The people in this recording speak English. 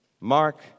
Mark